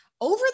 over